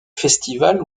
festivals